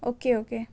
okay okay